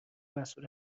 مسئول